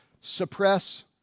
suppress